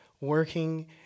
working